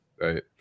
Right